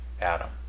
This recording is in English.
Adam